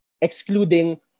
excluding